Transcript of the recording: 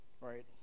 Right